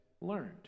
learned